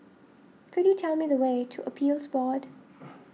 could you tell me the way to Appeals Board